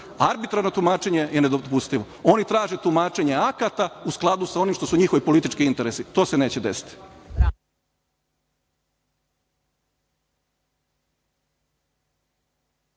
Arbitrarno tumačenje je nedopustivo. Oni traže tumačenje akata u skladu sa onim što su njihovi politički interesi to se neće desiti.